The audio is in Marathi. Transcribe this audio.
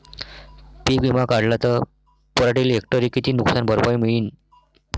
पीक विमा काढला त पराटीले हेक्टरी किती नुकसान भरपाई मिळीनं?